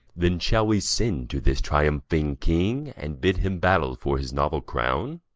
then shall we send to this triumphing king, and bid him battle for his novel crown?